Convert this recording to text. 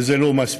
וזה לא מספיק.